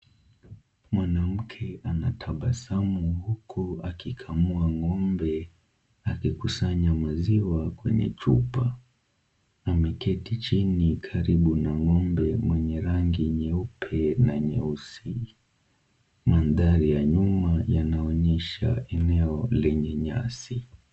Mwanamke anatabasamu huku akikamua ng'ombe, akikusanya maziwa kwenye chupa, ameketi chini karibu na ng'ombe mwenye rangi nyeupe na nyeusi. Madhali ya nyuma yanaonyesha eneo lenye nyasi.